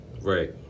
Right